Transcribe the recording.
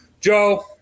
Joe